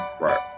Right